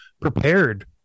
prepared